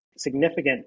significant